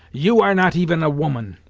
you are not even a woman.